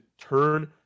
turn